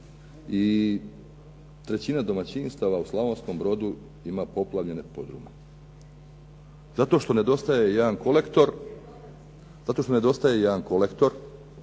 i trećina domaćinstava u Slavonskom Brodu ima poplavljene podrume zato što nedostaje jedan kolektor.